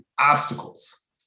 obstacles